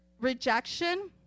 rejection